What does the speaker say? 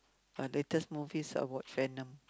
my latest movie's about venom